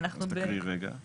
אז תקריאי רגע.